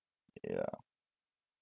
ya